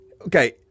okay